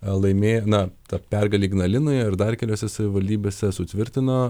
laimė na ta pergalė ignalinoje ir dar keliose savivaldybėse sutvirtino